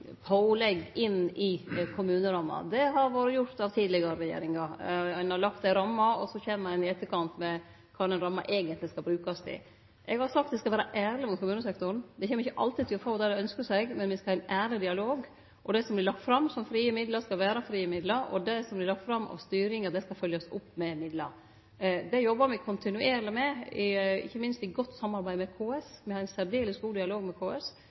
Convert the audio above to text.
og så kjem ein i etterkant med kva den ramma eigentleg skal brukast til. Eg har sagt at eg skal vere ærleg mot kommunesektoren. Dei kjem ikkje alltid til å få det dei ynskjer seg, men me skal ha ein ærleg dialog. Det som vert lagt fram som frie midlar, skal vere frie midlar, og det som vert lagt fram av styring, skal følgjast opp med midlar. Dette jobbar me kontinuerleg med – ikkje minst i godt samarbeid med KS. Me har ein særdeles god dialog med KS.